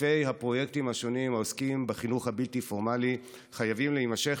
אלפי הפרויקטים השונים העוסקים בחינוך הבלתי-פורמלי חייבים להימשך.